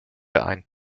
ein